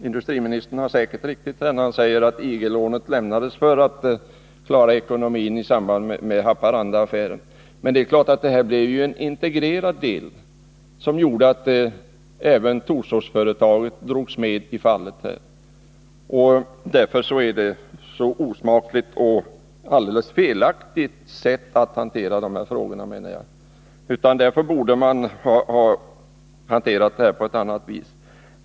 Industriministern har säkert rätt i att IG-lånet lämnades för att företaget skulle klara ekonomin i samband med Haparandaaffären, men det är klart att filialen blev en integrerad del av verksamheten, vilket gjorde att även företaget i Torsås drogs med i fallet. Därför menar jag att hanteringen av det ärendet är osmaklig och helt felaktig. Hanteringen borde ha skett på ett helt annat sätt.